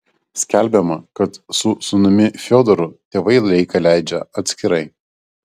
skelbiama kad su sūnumi fiodoru tėvai laiką leidžia atskirai